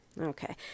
Okay